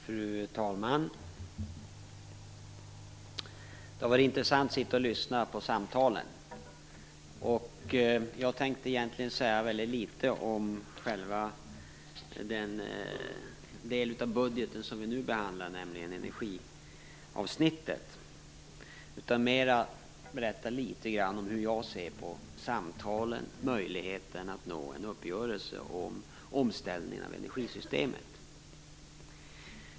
Fru talman! Det har varit intressant att lyssna på samtalen. Jag tänkte egentligen säga väldigt litet om själva den del av budgeten som vi nu behandlar, nämligen energiavsnittet, utan mer berätta litet grand om hur jag ser på samtalen, möjligheten att nå en uppgörelse om omställningen av energisystemet.